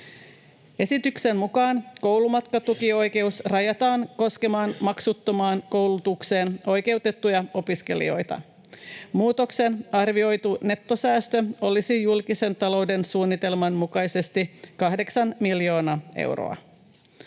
Esityksen mukaan koulumatkatukioikeus rajataan koskemaan maksuttomaan koulutukseen oikeutettuja opiskelijoita. Muutoksen arvioitu nettosäästö olisi julkisen talouden suunnitelman mukaisesti kahdeksan miljoonaa euroa.